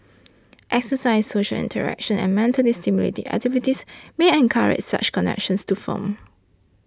exercise social interaction and mentally stimulating activities may encourage such connections to form